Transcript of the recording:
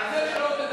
שלא תדבר.